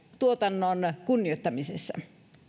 tuotannon kunnioittamisessa